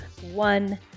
one